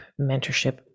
mentorship